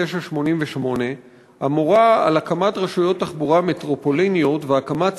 3988 מיום 18 בדצמבר 2011 הוחלט להטיל על